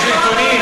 יש נתונים.